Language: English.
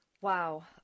Wow